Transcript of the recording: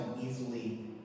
easily